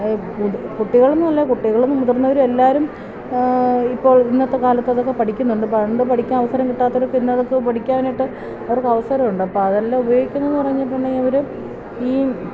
കുട്ടികളൊന്നുമല്ല കുട്ടികളും മുതിർന്നവരും എല്ലാവരും ഇപ്പോൾ ഇന്നത്തെക്കാലത്ത് അതൊക്കെ പഠിക്കുന്നുണ്ട് പണ്ട് പഠിക്കാൻ അവസരം കിട്ടാത്തവര് ഇന്നതൊക്കെ പഠിക്കാനായിട്ട് അവർക്ക് അവസരമുണ്ട് അപ്പോള് അതെല്ലാം ഉപയോഗിക്കുന്നതെന്ന് പറഞ്ഞിട്ടുണ്ടെങ്കില് അവര് ഈ